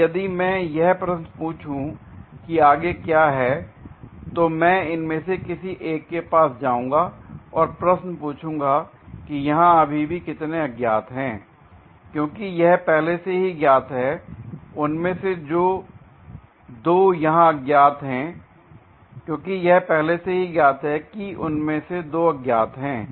अब यदि मैं यह प्रश्न पूछूँ कि आगे क्या है तो मैं इनमें से किसी एक के पास जाऊँगा और प्रश्न पूछूँगा कि यहाँ अभी भी कितने अज्ञात हैंl क्योंकि यह पहले से ही ज्ञात है उनमें से दो यहां अज्ञात हैं क्योंकि यह पहले से ही ज्ञात है कि उनमें से दो अज्ञात हैं